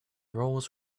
roles